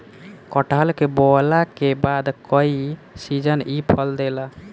कटहल के बोअला के बाद कई सीजन इ फल देला